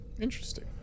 interesting